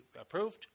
approved